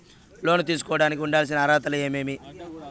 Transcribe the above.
లోను తీసుకోడానికి ఉండాల్సిన అర్హతలు ఏమేమి?